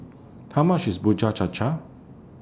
How much IS Bubur Cha Cha